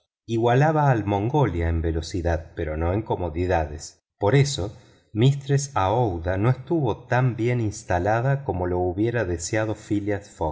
igualaba al mongolia en velocidad pero no en comodidades por eso mistress aouida no estuvo tan bien instalada como lo hubiera deseado phileas